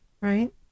Right